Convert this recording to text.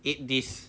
eat this